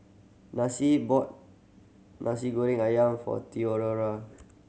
Nasi bought Nasi Goreng Ayam for Theofora